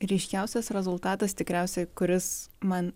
ryškiausias rezultatas tikriausiai kuris man